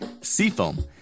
Seafoam